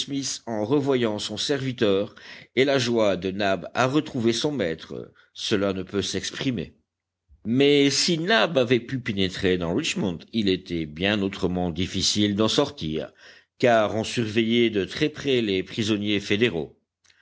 en revoyant son serviteur et la joie de nab à retrouver son maître cela ne peut s'exprimer mais si nab avait pu pénétrer dans richmond il était bien autrement difficile d'en sortir car on surveillait de très près les prisonniers fédéraux